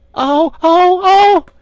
oh! oh! oh!